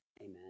Amen